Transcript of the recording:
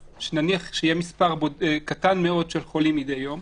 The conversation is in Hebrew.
נניח מספר קטן מאוד של חולים מדי יום,